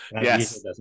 Yes